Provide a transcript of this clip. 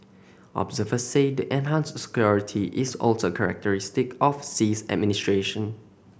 observers say the enhanced scrutiny is also characteristic of Xi's administration